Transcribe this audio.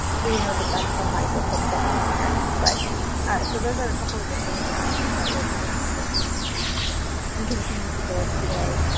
who knows if that's from life or family experience. but so those are a couple of the things that i have dealt with over my journey and continue to deal with today.